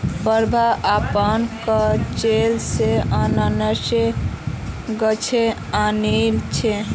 प्रभा अपनार कॉलेज स अनन्नासेर गाछ आनिल छ